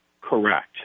correct